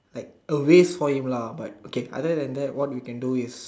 like a waste for him but okay other than that what we can do is